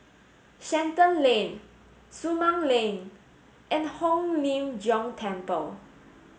Shenton Lane Sumang Link and Hong Lim Jiong Temple